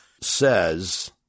says